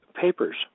papers